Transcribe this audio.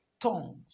Tongues